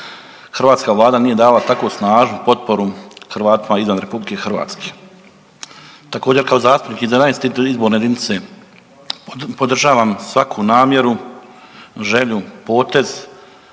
hrvatska vlada nije dala tako snažnu potporu Hrvatima izvan RH. Također kao zastupnik iz 11. izborne jedinice podržavam svaku namjeru, želju, potez